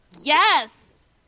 yes